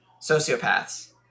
Sociopaths